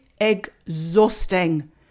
exhausting